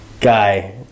guy